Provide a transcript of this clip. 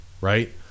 right